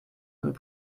und